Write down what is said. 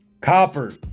Copper